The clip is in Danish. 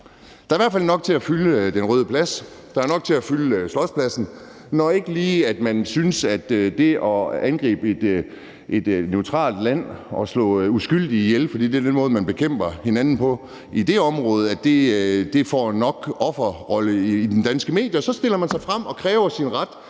Der er i hvert fald nok til at fylde Den Røde Plads, og der er nok til at fylde Slotspladsen. Når man ikke lige synes, at det at angribe et neutralt land og slå uskyldige ihjel, fordi det er den måde, man bekæmper hinanden på i det område, giver nok offerrolle i danske medier, så stiller man sig frem og kræver sin ret